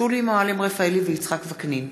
שולי מועלם רפאלי ויצחק וקנין.